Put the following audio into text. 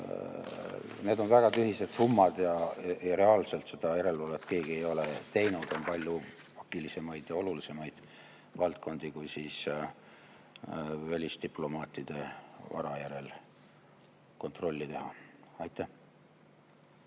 Need on väga tühised summad ja reaalselt seda järelevalvet keegi ei ole teinud. On palju pakilisemaid ja olulisemaid valdkondi kui välisdiplomaatide vara järel kontrolli teha. Aitäh!